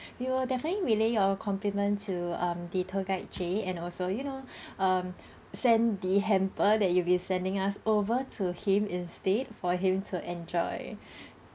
we will definitely relay your compliment to um the tour guide jay and also you know um send the hamper that you'll be sending us over to him instead for him to enjoy